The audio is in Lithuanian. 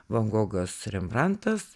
van gogas rembrantas